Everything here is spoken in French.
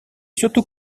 surtout